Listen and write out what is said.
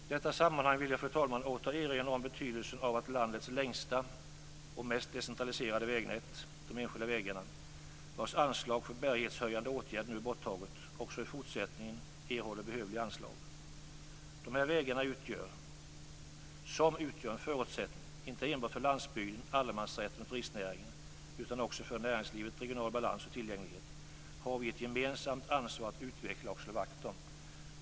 I detta sammanhang vill jag, fru talman, åter erinra om betydelsen av att landets längsta och mest decentraliserade vägnät, de enskilda vägarna, vars anslag för bärighetshöjande åtgärder nu är borttaget, också i fortsättningen erhåller behövliga anslag. Dessa vägar, som utgör en förutsättning inte enbart för landsbygden, allemansrätten och turistnäringen utan också för näringslivet, regional balans och tillgänglighet, har vi ett gemensamt ansvar att utveckla och slå vakt om.